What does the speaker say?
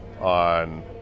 on